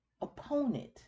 opponent